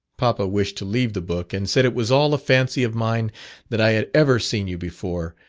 papa wished to leave the book, and said it was all a fancy of mine that i had ever seen you before,